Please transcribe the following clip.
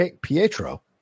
Pietro